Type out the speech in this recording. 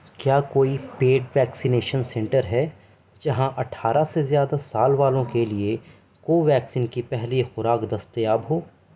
کیا کوئی paid vaccination centre ہے جہاں اٹھارہ سے زیادہ سال والوں کے لیے کوویکسین کی پہلی خوراک دستیاب ہو